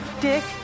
dick